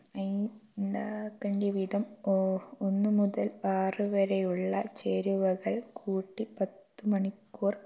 അത് ഉണ്ടാക്കേണ്ട വിധം ഒ ഒന്നുമുതൽ ആറ് വരെയുള്ള ചേരുവകൾ കൂട്ടി പത്ത് മണിക്കൂർ